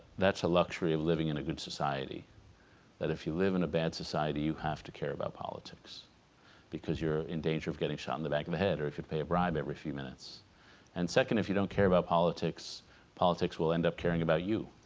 that's a luxury of living in a good society that if you live in a bad society you have to care about politics because you're in danger of getting shot in the back of the head or you could pay a bribe every few minutes and second if you don't care about politics politics will end up caring about you